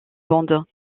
bande